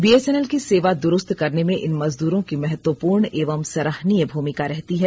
BSNL की सेवा दुरुस्त करने में इन मजदूरो की महत्वपूर्ण एवं सराहनीय भूमिका रहती है